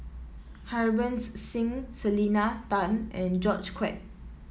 Harbans Singh Selena Tan and George Quek